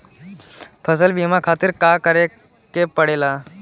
फसल बीमा खातिर का करे के पड़ेला?